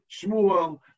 Shmuel